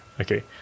Okay